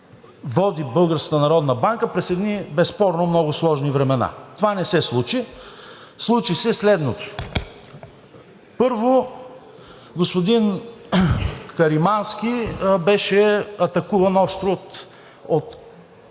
банка през едни безспорно много сложни времена. Това не се случи. Случи се следното. Първо, господин Каримански беше атакуван остро директно